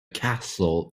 castle